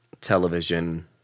television